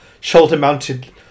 shoulder-mounted